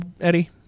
Eddie